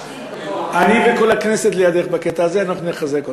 אני וכל הכנסת לידך בקטע הזה, אנחנו נחזק אותך.